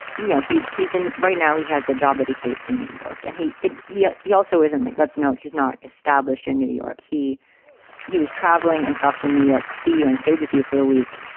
you know, he's. he's an. right now, he has a job that he hates in new york and he it he ah he also isn't like let's note he's not established in new york. he said so he was traveling and stopped in new york to see you and stayed with you for a week.